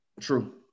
True